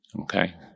Okay